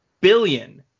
billion